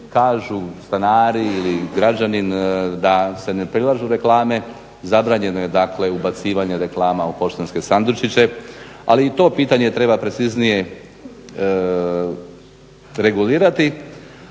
kažu, stanari, građanin da se ne prilažu reklame, zabranjeno je dakle ubacivanje reklama u poštanske sandučiće, ali i to pitanje treba preciznije regulirati.